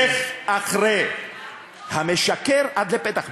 לך אחרי המשקר עד לפתח ביתו.